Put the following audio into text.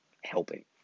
helping